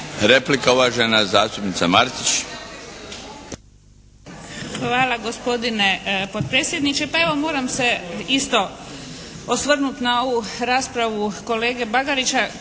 Replika uvažena zastupnica Martić. **Martić, Jagoda (SDP)** Hvala gospodine potpredsjedniče. Pa evo, moram se isto osvrnuti na ovu raspravu kolege Bagarića